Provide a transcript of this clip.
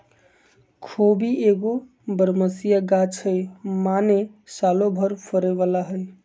खोबि एगो बरमसिया ग़ाछ हइ माने सालो भर फरे बला हइ